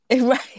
Right